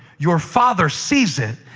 your father sees it,